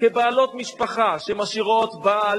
23, מאוד טבעי שהיא תמצא, היא מוצאת אהבה.